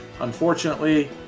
Unfortunately